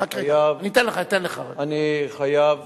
אני חייב